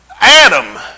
Adam